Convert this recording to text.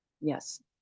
Yes